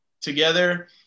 together